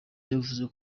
yavuze